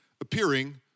appearing